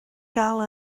gael